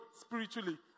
spiritually